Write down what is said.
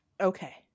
okay